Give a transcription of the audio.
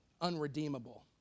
unredeemable